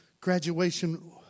graduation